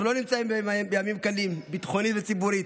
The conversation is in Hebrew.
אנחנו לא נמצאים בימים קלים, ביטחונית וציבורית,